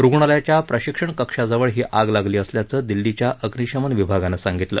रुग्णालयाच्या प्रशिक्षण कक्षाजवळ ही आग लागली असल्याचं दिल्लीच्या अग्निशमन विभागानं सांगितल